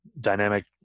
dynamic